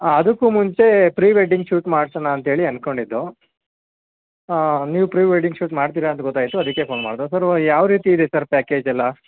ಹಾಂ ಅದಕ್ಕು ಮುಂಚೆ ಪ್ರಿ ವೆಡ್ಡಿಂಗ್ ಶೂಟ್ ಮಾಡ್ಸೋಣ ಅಂತೇಳಿ ಅಂದ್ಕೊಂಡಿದ್ದೋ ನೀವು ಪ್ರಿ ವೆಡ್ಡಿಂಗ್ ಶೂಟ್ ಮಾಡ್ತೀರಾ ಅಂತ ಗೊತ್ತಾಯಿತು ಅದಕ್ಕೆ ಫೋನ್ ಮಾಡಿದೋ ಸರ್ ಯಾವ ರೀತಿಯಿದೆ ಸರ್ ಪ್ಯಾಕೇಜ್ ಎಲ್ಲ